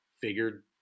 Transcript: figured